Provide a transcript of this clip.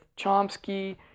Chomsky